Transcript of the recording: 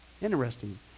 interesting